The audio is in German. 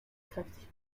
kräftig